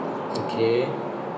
okay